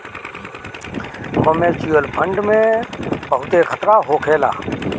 mutual fund में बहुते खतरा होखेला